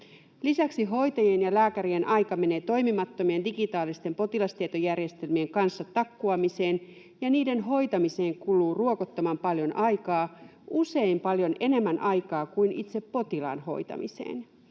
Lisäksi hoitajien ja lääkärien aika menee toimimattomien digitaalisten potilastietojärjestelmien kanssa takkuamiseen, ja niiden hoitamiseen kuluu ruokottoman paljon aikaa — usein paljon enemmän aikaa kuin itse potilaan hoitamiseen.